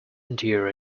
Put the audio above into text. endure